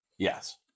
Yes